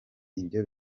ibyo